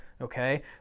okay